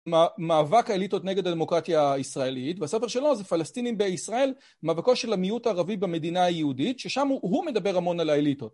מאבק האליטות נגד הדמוקרטיה הישראלית, בספר שלו זה פלסטינים בישראל, מאבקו של המיעוט הערבי במדינה היהודית, ששם הוא מדבר המון על האליטות.